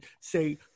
say